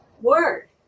word